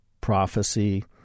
prophecy